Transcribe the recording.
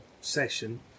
session